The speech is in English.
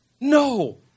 No